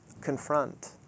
confront